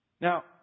Now